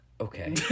Okay